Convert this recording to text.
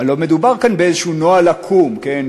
הלוא מדובר כאן באיזה נוהל עקום, כן.